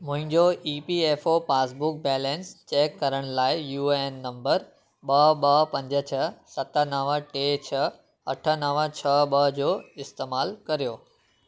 मुंहिंजो E P F O passbook balance check करण लाइ यू ए एन नंबर ॿ ॿ पंज छह सत नव टे छह अठ नव छह ॿ जो इस्तेमालु करियो